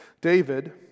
David